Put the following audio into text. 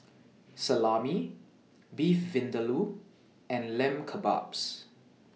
Salami Beef Vindaloo and Lamb Kebabs